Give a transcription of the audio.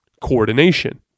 coordination